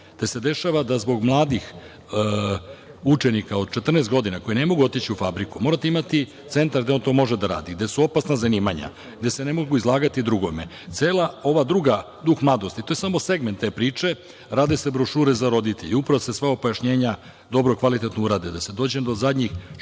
da se dešava da zbog mladih učenika od 14 godina koji ne mogu otići u fabriku, morate imati centar gde on to može da radi, gde su opasna zanimanja, gde se ne mogu izlagati drugome. Cela ova druga duh mladosti, to je samo segment te priče. Rade se brošure za roditelje i upravo se sve ova pojašnjenja dobro i kvalitetno urade, da se dođe do zadnjih škola,